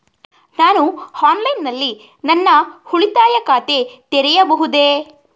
ನಾನು ಆನ್ಲೈನ್ ನಲ್ಲಿ ನನ್ನ ಉಳಿತಾಯ ಖಾತೆ ತೆರೆಯಬಹುದೇ?